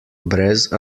brez